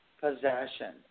possession